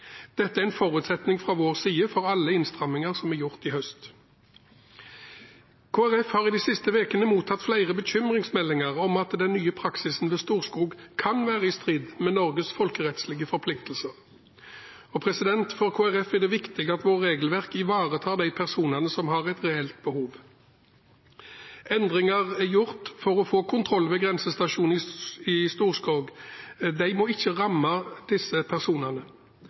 dette nå, men vil vektlegge at endringer som gjøres, ikke skal svekke rettssikkerheten til asylsøkerne. Dette er en forutsetning fra vår side for alle innstramminger som er gjort i høst. Kristelig Folkeparti har de siste ukene mottatt flere bekymringsmeldinger om at den nye praksisen ved Storskog kan være i strid med Norges folkerettslige forpliktelser. For Kristelig Folkeparti er det viktig at vårt regelverk ivaretar de personene som har et reelt behov. Endringer er gjort